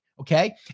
Okay